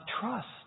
trust